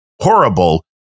horrible